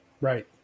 right